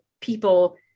people